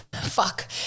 fuck